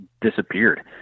disappeared